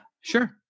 sure